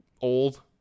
old